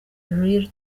lil